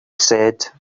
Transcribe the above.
said